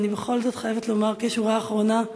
אבל אני בכל זאת חייבת לומר, כשורה אחרונה: